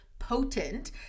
Potent